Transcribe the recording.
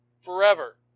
forever